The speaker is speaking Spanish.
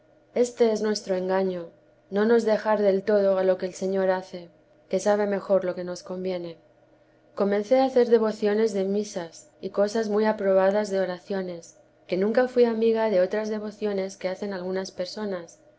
este es nuestro engaño no nos dejar del todo a lo que el señor hace que sabe mejor lo que nos conviene comencé a hacer devociones de misas y cosas muy aprobadas de oraciones que nunca fui amiga de otras devociones que hacen algunas personas